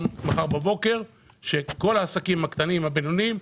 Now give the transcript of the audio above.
מחר בבוקר שכל העסקים הקטנים והבינוניים,